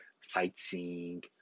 sightseeing